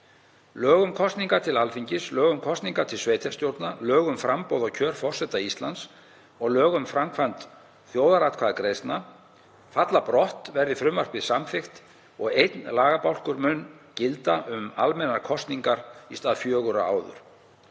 Lög um kosningar til Alþingis, lög um kosningar til sveitarstjórna, lög um framboð og kjör forseta Íslands og lög um framkvæmd þjóðaratkvæðagreiðslna falla brott, verði frumvarpið samþykkt, og einn lagabálkur mun gilda um almennar kosningar í stað fjögurra áður.